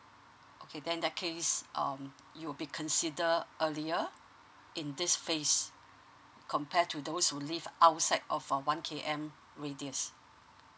okay then that case um you'll be considered earlier in this phase compared to those who live outside of err one K_M radius